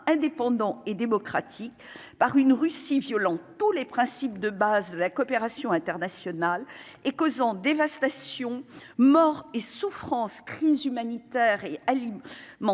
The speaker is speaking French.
indépendant et démocratique par une Russie violent tous les principes de base de la coopération internationale et causant dévastation mort et souffrance crises humanitaires, et Ali m'enterre